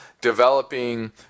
developing